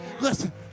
Listen